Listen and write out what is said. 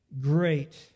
Great